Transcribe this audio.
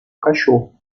cachorro